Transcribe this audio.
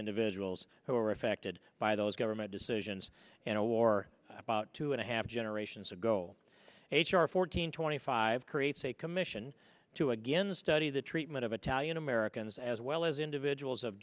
individuals who were affected by those government decisions in a war about two and a half generations ago h r four hundred twenty five creates a commission to again study the treatment of italian americans as well as individuals of